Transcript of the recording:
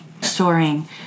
soaring